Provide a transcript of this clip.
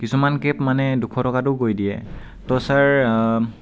কিছুমান কেব মানে দুশ টকাতো কৰি দিয়ে তো ছাৰ